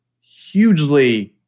hugely